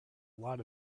lot